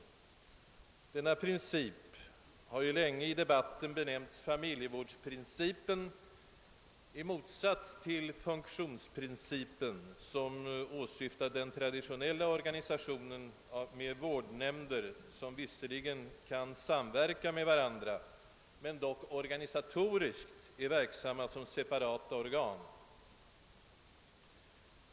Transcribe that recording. Denna princip har ju länge i debatten benämnts familjevårdsprincipen i motsats till funktionsprincipen, som åsyftar den traditionella organisationen av de vårdnämnder, som visserligen kan samverka med varandra men dock rent organisatoriskt arbetar som separata organ.